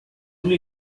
lhe